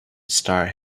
starts